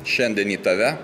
šiandien į tave